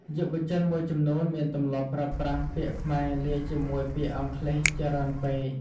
យុវជនមួយចំនួនមានទម្លាប់ប្រើប្រាស់ពាក្យខ្មែរលាយជាមួយពាក្យអង់គ្លេសច្រើនពេក។